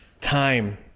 time